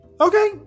Okay